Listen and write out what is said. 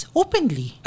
openly